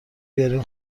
بیارین